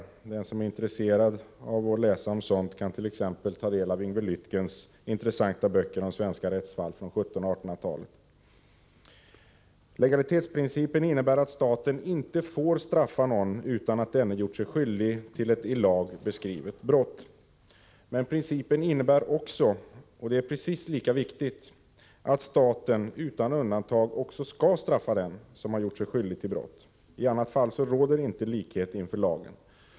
Den som är intresserad att läsa om sådant kan t.ex. ta del av Yngve Lyttkens intressanta böcker om svenska rättsfall från 1700 och 1800-talen. Legalitetsprincipen innebär att staten inte får straffa någon utan att denne gjort sig skyldig till ett i lag beskrivet brott. Men principen innebär också — och det är precis lika viktigt — att staten utan undantag också skall straffa den som gjort sig skyldig till brott. I annat fall råder inte likhet inför lagen.